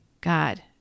God